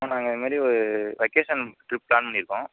அண்ணன் நாங்கள் இந்தமாதிரி வெக்கேஷன் ட்ரிப் ப்ளான் பண்ணியிருக்கோம்